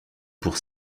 pour